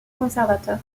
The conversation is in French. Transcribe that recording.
conservateur